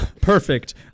perfect